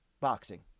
boxing